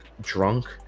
Drunk